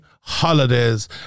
holidays